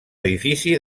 edifici